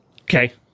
Okay